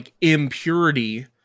impurity